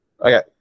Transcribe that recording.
Okay